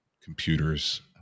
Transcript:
computers